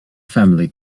family